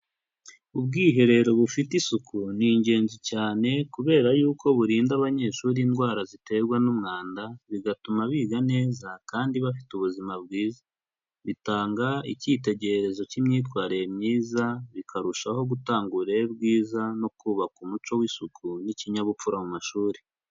Ubwiherero bufite isuku ni ingenzi cyane kubera yuko burinda abanyeshuri indwara ziterwa n'umwanda, bigatuma biga neza kandi bafite ubuzima bwiza, bitanga icyitegererezo cy'imyitwarire myiza, bikarushaho gutanga uburere bwiza no kubaka umuco w'isuku n'ikinyabupfura mu mashuri.